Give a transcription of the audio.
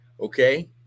okay